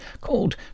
called